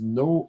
no